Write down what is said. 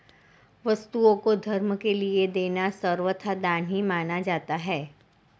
वस्तुओं को धर्म के लिये देना सर्वथा दान ही माना जाता है